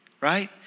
right